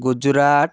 Gujarat